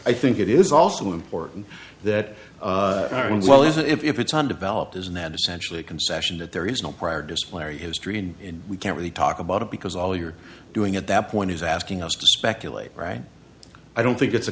i think it is also important that well isn't if it's undeveloped isn't that essentially a concession that there is no prior disciplinary history in we can't really talk about it because all you're doing at that point is asking us to speculate right i don't think it's a